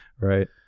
Right